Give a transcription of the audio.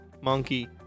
monkey